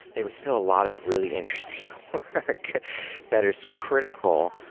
it was still a lot of really interesting work that is critical,